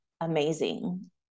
amazing